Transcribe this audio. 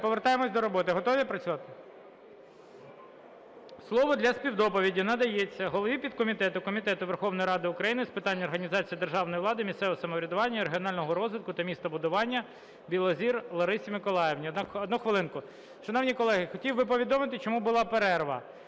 повертаємось до роботи. Готові працювати? Слово для співдоповіді надається голові підкомітету Комітету Верховної Ради України з питань організації державної влади, місцевого самоврядування, регіонального розвитку та містобудування Білозір Ларисі Миколаївні. Одну хвилинку. Шановні колеги, хотів би повідомити, чому була перерва.